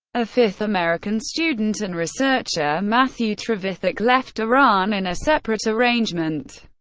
a fifth american, student and researcher matthew trevithick, left iran in a separate arrangement.